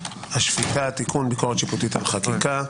השפיטה (תיקון ביקורת שיפוטית על חקיקה),